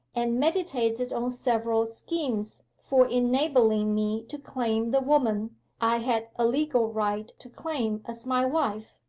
and meditated on several schemes for enabling me to claim the woman i had a legal right to claim as my wife,